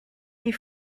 you